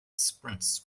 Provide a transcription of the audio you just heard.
sprints